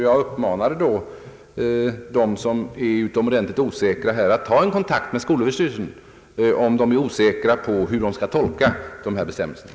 Jag uppmanade dem som är utomordentligt osäkra på denna punkt att ta kontakt med skolöverstyrelsen om tolkningen av de här bestämmelserna.